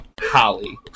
Holly